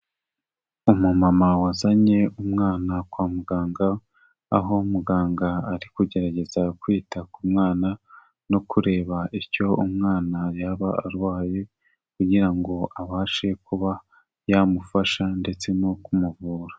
Umumama wazanye umwana kwa muganga, aho muganga ari kugerageza kwita ku mwana, no kureba icyo umwana yaba arwaye, kugira ngo abashe kuba yamufasha, ndetse no kumuvura.